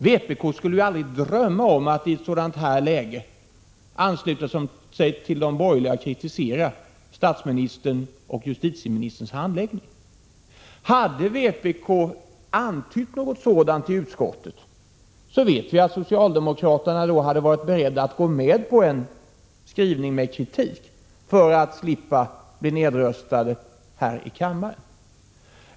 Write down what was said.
Vpk skulle aldrig drömma om att i ett sådant här läge ansluta sig till de borgerliga och kritisera statsministerns och justitieministerns handlande. Hade vpk antytt något sådant i utskottet, vet vi att socialdemokraterna då hade varit beredda att gå med på en skrivning med kritik för att slippa bli nedröstade här i kammaren.